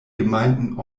gemeinden